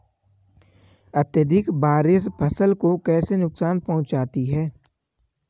अत्यधिक बारिश फसल को कैसे नुकसान पहुंचाती है?